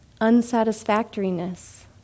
unsatisfactoriness